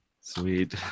Sweet